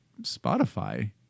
Spotify